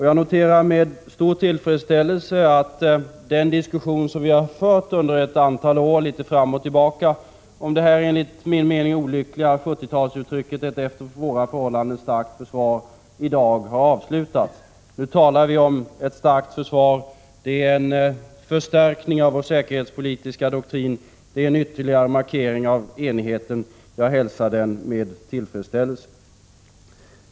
Jag noterar med stor tillfredsställelse att den diskussion som vi litet från och till har fört under ett antal år om det, enligt min mening, olyckliga 70-talsuttrycket ”ett efter våra förhållanden starkt försvar” i dag har avslutats. Nu talar vi om ett starkt försvar. Det är en förstärkning av vår säkerhetspolitiska doktrin. Det är en ytterligare markering av enigheten. Jag hälsar den med tillfredsställelse.